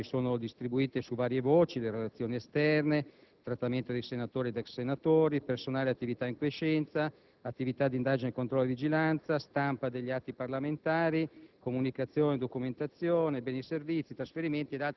cento. Queste riduzioni e risparmi sono distribuiti su varie voci: relazioni esterne, trattamento di senatori ed ex senatori, personale in attività ed in quiescenza, attività di indagine, controllo e vigilanza, stampa degli atti parlamentari,